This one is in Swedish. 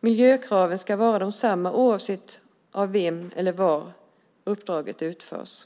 Miljökraven ska vara desamma oavsett av vem eller var uppdraget utförs.